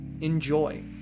Enjoy